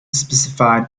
specified